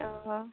অঁ